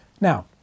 Now